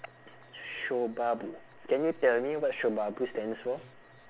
shobabu can you tell me what shobabu stands for